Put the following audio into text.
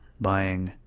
buying